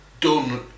done